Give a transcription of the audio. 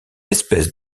espèce